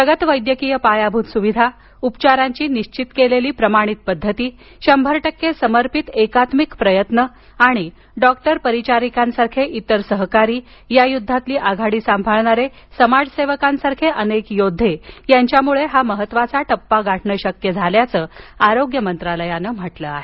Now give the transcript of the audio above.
प्रगत वैद्यकीय पायाभूत सुविधा उपचारांची निश्वित केलेली प्रमाणित पद्धती शंभर टक्के समर्पित एकात्मिक प्रयत्न आणि डॉक्टर परीचारीकांसारखे इतर सहकारी आणि या युद्धातील आघाडी सांभाळणारे समाज सेवकांसारखे अनेक योद्धे यांच्यामुळे हा महत्त्वाचा टप्पा गाठणं शक्य झाल्याचं आरोग्य मंत्रालयानं म्हटलं आहे